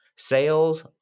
Sales